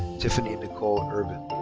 tiffany nicole irvin.